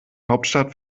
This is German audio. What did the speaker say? hauptstadt